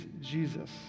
Jesus